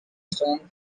strong